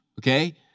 okay